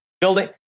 building